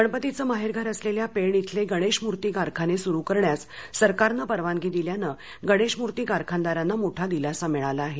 गणपतीचं माहेरघर असलेल्या पेण इथले गणेश मूर्ती कारखाने सुरू करण्यास सरकारनं परवानगी दिल्यानं गणेशमूर्ती कारखानदारांना मोठा दिलासा मिळाला आहे